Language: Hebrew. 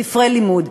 ספרי לימוד,